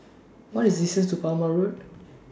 What IS The distance to Palmer Road